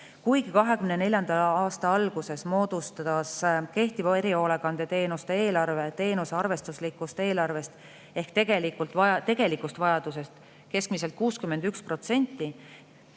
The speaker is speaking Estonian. Kuigi 2024. aasta alguses moodustas kehtiva erihoolekandeteenuste eelarve teenuse arvestuslikust eelarvest ehk tegelikust vajadusest keskmiselt 61%